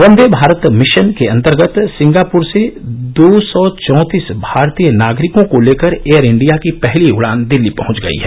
वंदे Bharat mission के अंतर्गत Singapore से दो सौ चौंतीस भारतीय नागरिकों को लेकर एयर इंडिया की पहली उड़ान दिल्ली पहुंच गई है